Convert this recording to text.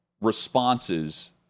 responses